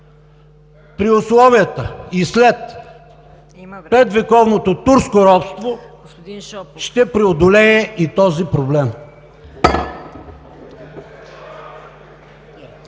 при условията и след петвековното турско робство, ще преодолее и този проблем!